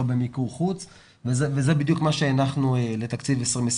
במיקור חוץ וזה בדיוק מה שהנחנו בתקציב 2021,